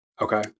Okay